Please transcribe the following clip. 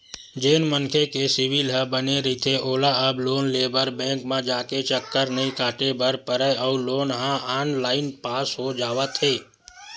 जेन मनखे के सिविल ह बने रहिथे ओला अब लोन लेबर बेंक म जाके चक्कर नइ काटे बर परय अउ लोन ह ऑनलाईन पास हो जावत हे